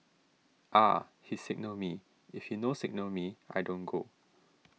he signal me if he no signal me I don't go